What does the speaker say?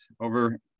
over